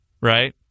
right